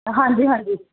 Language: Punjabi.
ਹਾਂਜੀ ਹਾਂਜੀ